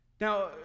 Now